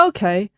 Okay